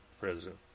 president